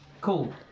cool